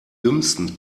dümmsten